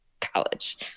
college